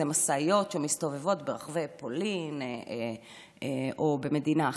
אלה משאיות שמסתובבות ברחבי פולין או במדינה אחרת.